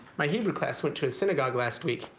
my hebrew class went to his synagogue last week.